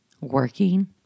working